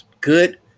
good